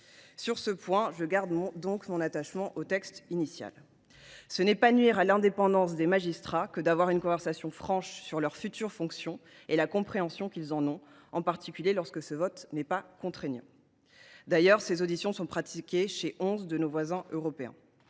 Sur ce point, je reste donc attachée au texte initial. Ce n’est pas nuire à l’indépendance des magistrats que d’avoir une conversation franche sur leur future fonction et la compréhension qu’ils en ont, en particulier lorsque ce vote n’est pas contraignant. D’ailleurs ces auditions sont pratiquées chez onze de nos voisins européens.